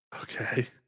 Okay